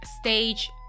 stage